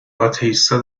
آتئیستا